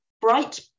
bright